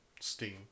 Steam